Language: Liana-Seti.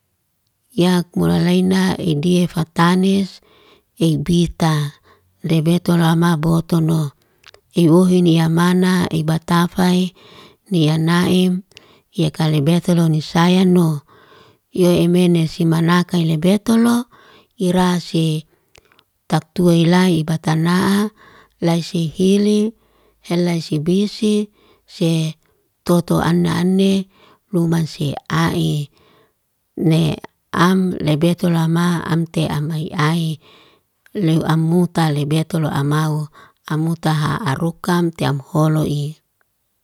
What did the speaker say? Yaak kulalaina idiye fatanis i bita. Lebetolo mabotono. I uhin ni yamana, i batafai, ni ya naim, yaak kalebetolo nisayano. Iy mene se manaka i lebetolo, ira se taktui ila i batana'a. Lay sihili, hel lay sibisi, se toto ana ane, lu man se a'i. Ne am lebetolo lama am te ama iy a'i, leu amuta lebetolo amau, amuta ha aruk am tei amholo i.